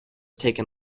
taken